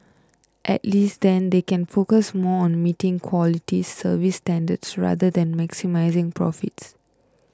at least then they can focus more on meeting quality service standards rather than maximising profits